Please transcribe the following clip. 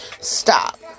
Stop